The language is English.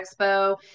expo